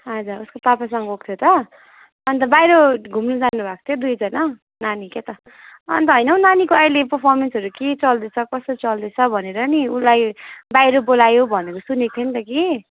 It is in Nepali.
हजुर उसको पापासँग गएको थियो त अन्त बाहिर घुम्न जानुभएको थियो दुईजना नानी के त अन्त होइन हौ नानीको अहिले पर्फर्मेन्सहरू के चल्दैछ कस्तो चल्दैछ भनेर नि उसलाई बाहिर बोलायो भनेको सुनेको थिएँ नि त कि